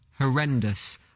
horrendous